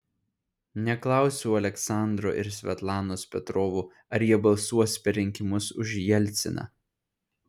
neklausiau aleksandro ir svetlanos petrovų ar jie balsuos per rinkimus už jelciną